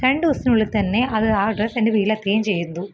രണ്ട് ദിവസത്തിനുള്ളില് തന്നെ അത് ആ ഡ്രസ്സ് എന്റെ വീട്ടിലെത്തുകയും ചെയ്തു